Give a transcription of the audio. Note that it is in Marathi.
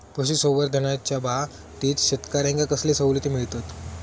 पशुसंवर्धनाच्याबाबतीत शेतकऱ्यांका कसले सवलती मिळतत?